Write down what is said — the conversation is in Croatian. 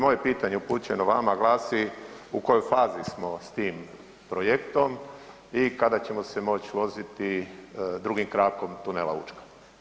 I moje pitanje upućeno vama glasi u kojoj fazi smo s tim projektom i kada ćemo se moć voziti drugim krakom tunela Učka?